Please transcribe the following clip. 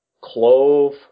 clove